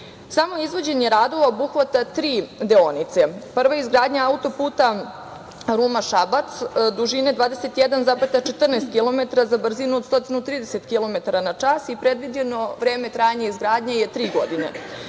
BiH.Samo izvođenje radova obuhvata tri deonice. Prva je izgradnja auto-puta Ruma-Šabac, dužine 21,14 kilometra za brzinu od 130 kilometara na čas i predviđeno vreme trajanja izgradnje je tri godine. Druga